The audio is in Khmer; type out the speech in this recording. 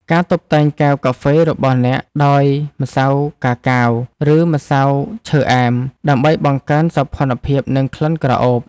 ការតុបតែងកែវកាហ្វេរបស់អ្នកដោយម្សៅកាកាវ ឬម្សៅឈើអែម ដើម្បីបង្កើនសោភ័ណភាព និងក្លិនក្រអូប។